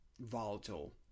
volatile